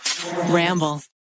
Ramble